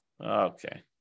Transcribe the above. Okay